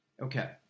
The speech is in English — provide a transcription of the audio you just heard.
Okay